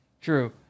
True